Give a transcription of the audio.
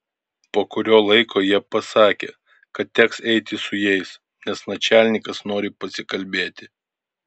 po kurio laiko jie pasakė kad teks eiti su jais nes načialnikas nori pasikalbėti